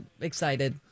excited